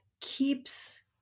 keeps